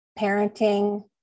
parenting